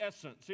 essence